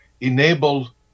Enable